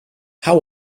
how